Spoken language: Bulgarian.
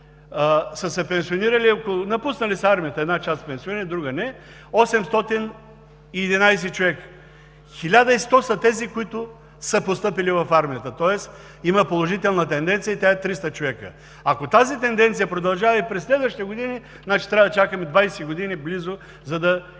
са се пенсионирали, напуснали са армията – една част са се пенсионирали, друга не, 811 човека. Хиляда и сто са тези, които са постъпили в армията, тоест има положителна тенденция и тя е 300 човека. Ако тази тенденция продължава и през следващите години, трябва да чакаме близо 20 години, за да